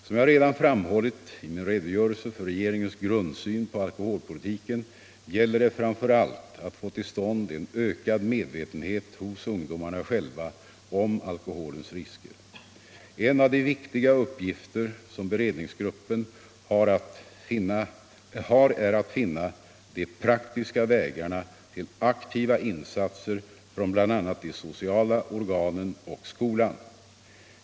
Som jag redan framhållit i min redogörelse för regeringens grundsyn på alkoholpolitiken gäller det framför allt att få till stånd en ökad medvetenhet hos ungdomarna själva om alkoholens risker. En av de viktiga uppgifter som beredningsgruppen har är att finna de praktiska vägarna till aktiva insatser från bl.a. de sociala organen och skolan.